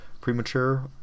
premature